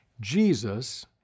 Jesus